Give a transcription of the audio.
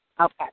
Okay